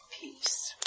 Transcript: peace